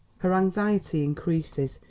her anxiety increases.